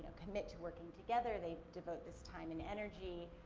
commit to working together, they devote this time and energy,